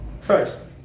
first